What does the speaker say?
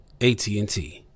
AT&T